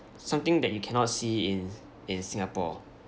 something that you cannot see in in singapore